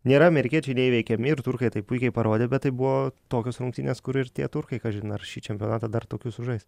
nėra amerikiečiai neįveikiami ir turkai tai puikiai parodė bet tai buvo tokios rungtynės kur ir tie turkai kažin ar šį čempionatą dar tokių sužais